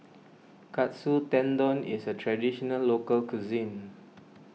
Katsu Tendon is a Traditional Local Cuisine